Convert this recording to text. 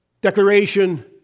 declaration